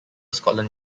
scotland